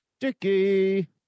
dicky